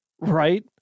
right